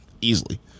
easily